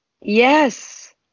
Yes